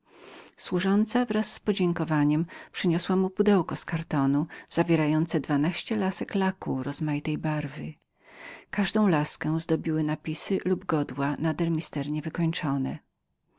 natomiast wraz z podziękowaniem przyniosła mu pudełko papierowe zawierające dwanaście lasek laku rozmaitej barwy każdą laskę zdobiły napisy lub godła nader misternie wykończone